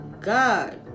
God